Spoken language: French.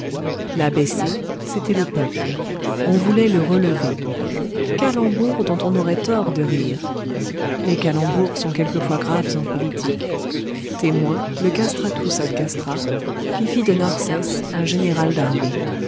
l'abaissé c'était le peuple on voulait le relever calembour dont on aurait tort de rire les calembours sont quelquefois graves en politique témoin le castratus ad castra qui fit de narsès un général d'armée